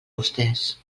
vostès